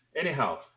Anyhow